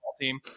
team